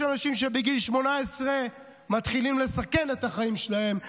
אנשים שבגיל 18 מתחילים לסכן את החיים שלהם.